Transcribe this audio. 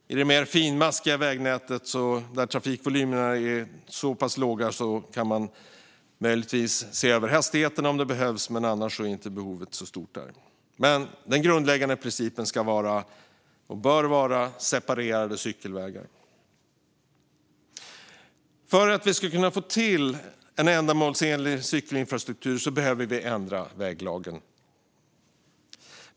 I det mer finmaskiga vägnätet där trafikvolymerna är små kan man möjligtvis se över hastigheterna om det behövs, annars är behovet inte så stort där. Men den grundläggande principen bör vara separerade cykelvägar. För att vi ska kunna få till en ändamålsenlig cykelinfrastruktur behöver vi ändra väglagen.